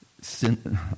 Sin